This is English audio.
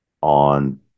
on